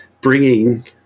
bringing